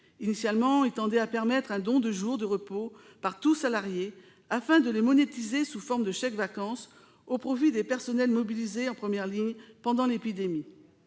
Initialement, il tendait à permettre un don de jours de repos par tout salarié afin de les monétiser sous forme de chèques-vacances au profit des personnels mobilisés en première ligne pendant l'épidémie.